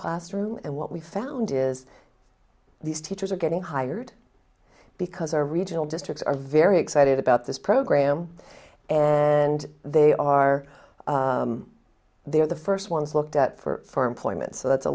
classroom and what we found is these teachers are getting hired because our regional districts are very excited about this program and they are they are the first ones looked at for employment so that's a